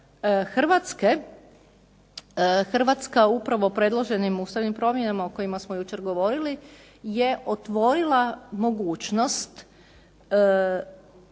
Hrvatske, Hrvatska upravo predloženim ustavnim promjenama o kojima smo jučer govorili je otvorila mogućnost